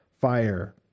fire